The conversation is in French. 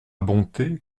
bonté